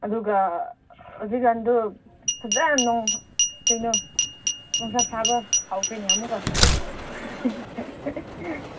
ꯑꯗꯨꯒ ꯍꯧꯖꯤꯛ ꯀꯥꯟꯗꯨ ꯐꯖꯅ ꯅꯣꯡ ꯀꯩꯅꯣ ꯅꯨꯡꯁꯥ ꯁꯥꯕ ꯍꯧꯈ꯭ꯔꯦꯅꯦ ꯑꯃꯨꯛꯀ